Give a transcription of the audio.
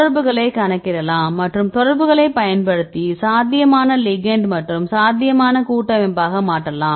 தொடர்புகளை கணக்கிடலாம் மற்றும் தொடர்புகளைப் பயன்படுத்தி சாத்தியமான லிகெண்ட் மற்றும் சாத்தியமான கூட்டமைப்பாக மாற்றலாம்